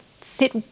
sit